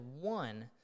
one